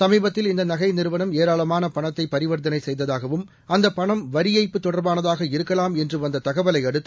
சமீபத்தில் இந்த நகை நிறுவனம் ஏராளமான பணத்தை பரிவர்த்தனை செய்ததாகவும் அந்தப் பணம் வரி ஏய்ப்பு தொடர்பானதாக இருக்கலாம் என்று வந்த தகவலை அடுத்து